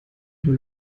dem